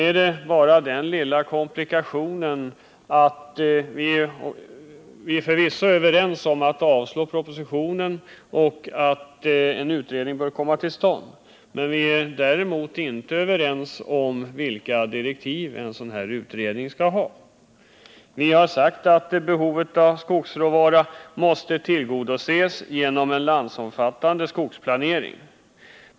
Vi är förvisso överens om att avstyrka propositionen och om att en utredning bör komma till stånd. Vi är däremot inte överens om vilka direktiv en sådan utredning skall ha. Vi har sagt att behovet av skogsråvara måste tillgodoses genom en landsomfattande skogsplanering.